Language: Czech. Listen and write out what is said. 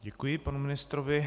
Děkuji panu ministrovi.